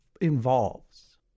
involves